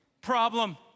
problem